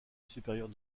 supérieure